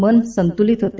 मन संतु लत होते